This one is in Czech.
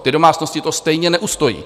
Ty domácnosti to stejně neustojí.